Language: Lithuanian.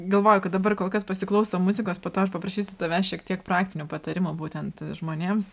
galvoju kad dabar kol kas pasiklausom muzikos po to aš paprašysiu tavęs šiek tiek praktinių patarimų būtent žmonėms